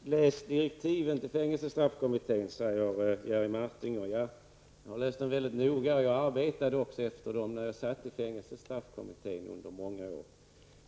Herr talman! Läs direktiven till fängelsestraffkommittén, säger Jerry Martinger. Jag har läst dem väldigt noga, och jag arbetade också efter dem under många när jag satt i fängelsestraffkommittén.